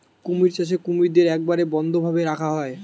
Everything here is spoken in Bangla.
কুমির চাষে কুমিরদের একবারে বদ্ধ ভাবে রাখা হচ্ছে